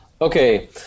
Okay